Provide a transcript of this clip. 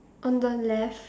on the left